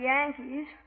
Yankees